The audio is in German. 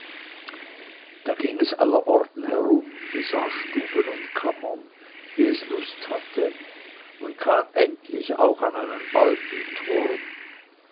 da ging es allerorten herum besah stuben und kammern wie es lust hatte und kam endlich auch an einen alten turm